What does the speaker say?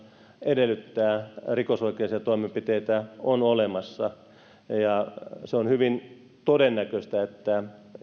edellyttää rikosoikeudellisia toimenpiteitä on olemassa ja on hyvin todennäköistä että